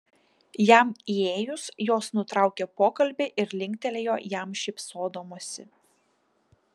jam įėjus jos nutraukė pokalbį ir linktelėjo jam šypsodamosi